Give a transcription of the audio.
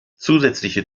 zusätzliche